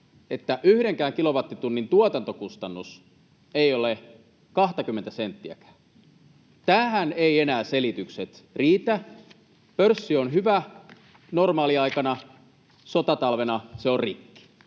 että yhdenkään kilowattitunnin tuotantokustannus ei ole 20:tä senttiäkään. Tähän eivät enää selitykset riitä. Pörssi on hyvä normaaliaikana, sotatalvena se on rikki.